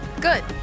Good